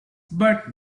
but